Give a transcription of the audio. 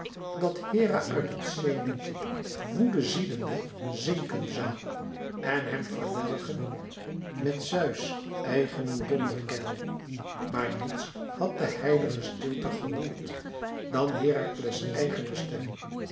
dat hera uit het zenith woedeziedende zinken zoû en hem verdelgen met zeus eigenen donderkeil maar niets had de heilige stilte geroerd dan herakles eigene stem